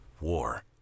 war